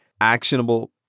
actionable